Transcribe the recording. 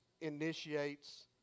initiates